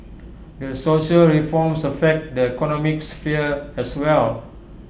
these social reforms affect the economic sphere as well